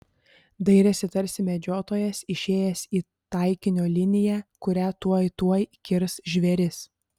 dairėsi tarsi medžiotojas išėjęs į taikinio liniją kurią tuoj tuoj kirs žvėris